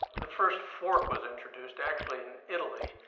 the first fork was introduced, actually, in italy,